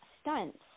stunts